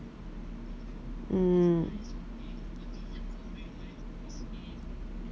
mm